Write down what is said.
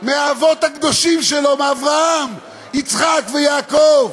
מהאבות הקדושים שלו, אברהם, יצחק ויעקב,